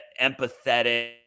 empathetic